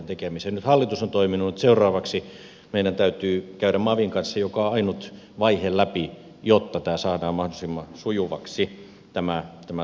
nyt hallitus on toiminut seuraavaksi meidän täytyy käydä mavin kanssa joka ainut vaihe läpi jotta saadaan mahdollisimman sujuvaksi tämä toiminta